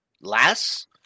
Less